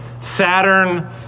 Saturn